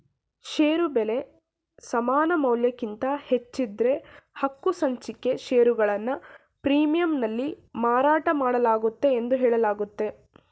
ಷೇರು ಬೆಲೆ ಸಮಾನಮೌಲ್ಯಕ್ಕಿಂತ ಹೆಚ್ಚಿದ್ದ್ರೆ ಹಕ್ಕುಸಂಚಿಕೆ ಷೇರುಗಳನ್ನ ಪ್ರೀಮಿಯಂನಲ್ಲಿ ಮಾರಾಟಮಾಡಲಾಗುತ್ತೆ ಎಂದು ಹೇಳಲಾಗುತ್ತೆ